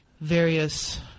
various